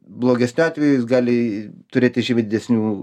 blogesniu atveju jis gali turėti žymiai didesnių